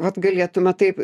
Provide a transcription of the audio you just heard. vat galėtume taip